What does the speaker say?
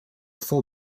full